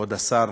כבוד השר,